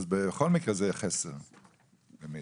בכל מקרה זה חסר במידע.